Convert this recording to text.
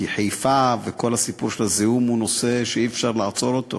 כי חיפה וכל הסיפור של הזיהום הוא נושא שאי-אפשר לעצור אותו,